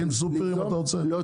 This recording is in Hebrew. המדינה, שתקים סופרים אתה רוצה?